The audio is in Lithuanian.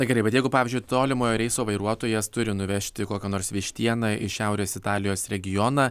na gerai bet jeigu pavyzdžiui tolimojo reiso vairuotojas turi nuvežti kokią nors vištieną į šiaurės italijos regioną